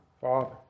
Father